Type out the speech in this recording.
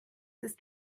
ist